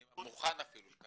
אני מוכן אפילו שתקטע אותי.